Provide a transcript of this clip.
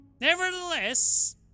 Nevertheless